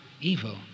evil